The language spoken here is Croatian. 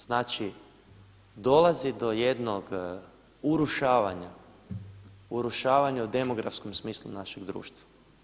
Znači, dolazi do jednog urušavanja, urušavanja u demografskom smislu našeg društva.